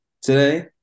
today